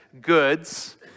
goods